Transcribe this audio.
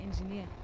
engineer